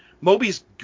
Moby's